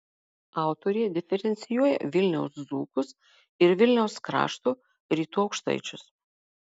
autorė diferencijuoja vilniaus dzūkus ir vilniaus krašto rytų aukštaičius